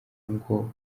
ngo